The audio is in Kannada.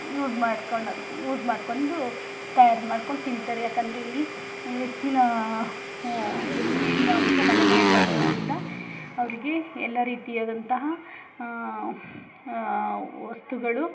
ಯೂಸ್ ಮಾಡ್ಕೊಳೋದ್ ಯೂಸ್ ಮಾಡ್ಕೊಂಡು ತಯಾರು ಮಾಡ್ಕೊಂಡು ತಿಂತಾರೆ ಯಾಕಂದರೆ ಇಲ್ಲಿ ಹೆಚ್ಚಿನಾ ಹೆಚ್ಚಿನಾಂಶ ಮಲೆನಾಡು ಆಗಿರೋದ್ರಿಂದ ಅವರಿಗೆ ಎಲ್ಲ ರೀತಿಯಾದಂತಹ ವಸ್ತುಗಳು